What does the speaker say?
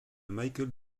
michael